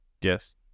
Yes